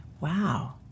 Wow